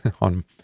on